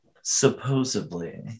supposedly